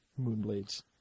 Moonblades